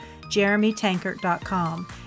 jeremytankert.com